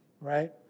right